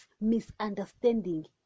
misunderstanding